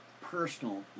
personal